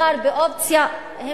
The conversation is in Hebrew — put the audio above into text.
נבחר באופציה, תודה.